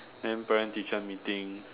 then parent teaching meeting